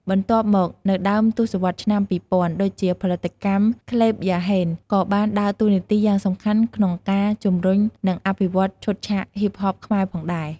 បន្ទាប់មក នៅដើមទសវត្សរ៍ឆ្នាំ ២០០០ ដូចជាផលិតកម្ម ក្លេប យ៉ាហេន ក៏បានដើរតួនាទីយ៉ាងសំខាន់ក្នុងការជំរុញ និងអភិវឌ្ឍឈុតឆាកហ៊ីបហបខ្មែរផងដែរ។